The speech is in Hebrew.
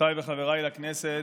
חברותיי וחבריי לכנסת,